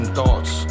thoughts